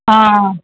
ஆ